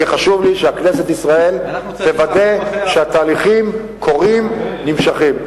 כי חשוב לי שכנסת ישראל תוודא שהתהליכים קורים ונמשכים.